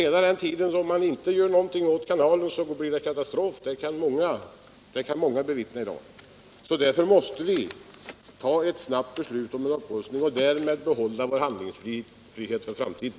Om man under den tiden inte gör något åt kanalen blir det katastrof — det kan många intyga i dag. Därför måste vi här i riksdagen ta ett snabbt beslut om en upprustning och därmed behålla vår handlingsfrihet för framtiden.